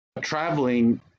traveling